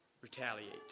retaliate